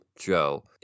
Joe